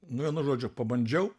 nu vienu žodžiu pabandžiau